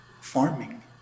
farming